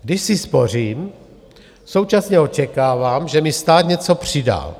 Když si spořím, současně očekávám, že mi stát něco přidá.